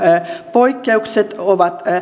poikkeukset ovat